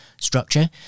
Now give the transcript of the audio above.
structure